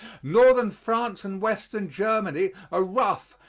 northern france and western germany are rough,